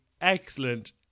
excellent